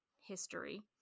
history